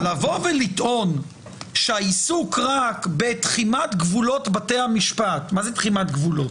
לבוא ולטעון שהעיסוק רק בתחימת גבולות בתי המשפט - מה זה תחימת גבולות?